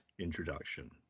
introduction